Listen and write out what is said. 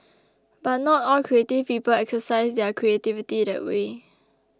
but not all creative people exercise their creativity that way